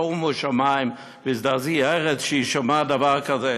שומו שמים והזדעזעי ארץ שיישמע דבר כזה.